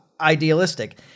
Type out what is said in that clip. idealistic